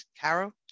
caro